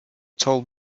tall